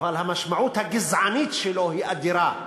אבל המשמעות הגזענית שלו היא אדירה,